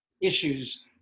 issues